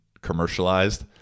commercialized